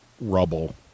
rubble